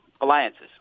Alliances